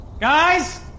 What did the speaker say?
Guys